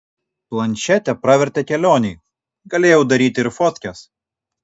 plančetė pravertė kelionėj galėjau daryti ir fotkes